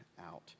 out